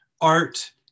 art